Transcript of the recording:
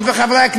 רבותי,